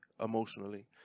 emotionally